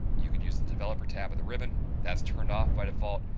you can use the developer tab of the ribbon that's turned off by default,